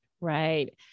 Right